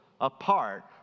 apart